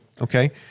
okay